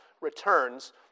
returns